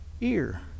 ear